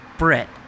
Brett